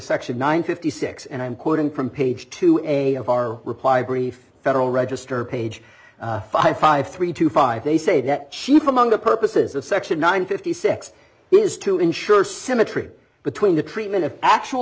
section nine fifty six and i'm quoting from page to a reply brief federal register page five five three two five they say that chief among the purposes of section nine fifty six is to insure symmetry between the treatment of actual